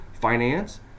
finance